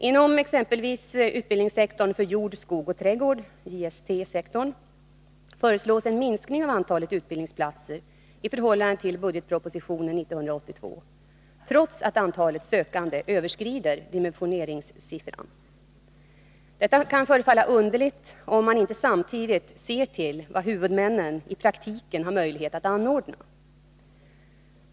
Inom exempelvis utbildningssektorn för jord, skog och trädgård föreslås en minskning av antalet utbildningsplatser i förhållande till budgetpropositionen 1982, trots att antalet sökande överskrider dimensioneringssiffran. Detta kan förefalla underligt om man inte samtidigt ser till vad huvudmännen i praktiken har möjlighet att anordna.